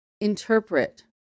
interpret